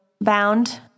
bound